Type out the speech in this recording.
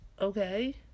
Okay